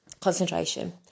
Concentration